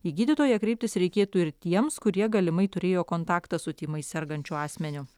į gydytoją kreiptis reikėtų ir tiems kurie galimai turėjo kontaktą su tymais sergančiu asmeniu